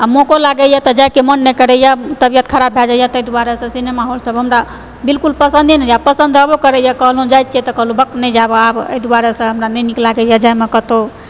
आ मौको लागैया तऽ जाएके मन नहि करैया तबियत ख़राब भऽ जाइया तै दुआरे से हमरा बिल्कुल पसन्दे नहि आबैया आ पसन्द ऐबो करैया कहलहुॅं जाइ छी तऽ बक नहि जायब आब एहि दुआरेसँ हमरा नहि नीक लागैया जायमे कतौ